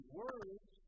words